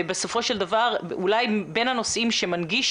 בסופו של דבר זה אולי בין הנושאים שמנגיש